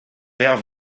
pevar